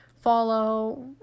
follow